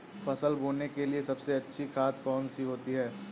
फसल बोने के लिए सबसे अच्छी खाद कौन सी होती है?